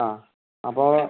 ആ അപ്പോൾ